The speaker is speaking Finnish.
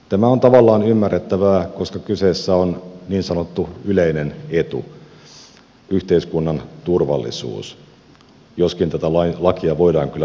tämä on tavallaan ymmärrettävää koska kyseessä on niin sanottu yleinen etu yhteiskunnan turvallisuus joskin tätä lakia voidaan kyllä vahvasti kritisoida